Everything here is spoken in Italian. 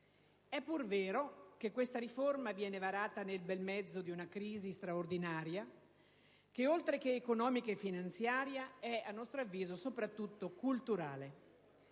È pur vero che questa riforma viene varata nel bel mezzo di una crisi straordinaria che, oltre che economica e finanziaria, è soprattutto culturale.